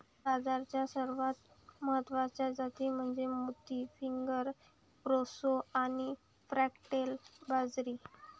बाजरीच्या सर्वात महत्वाच्या जाती म्हणजे मोती, फिंगर, प्रोसो आणि फॉक्सटेल बाजरी